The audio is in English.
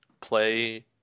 play